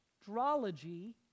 astrology